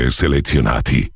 selezionati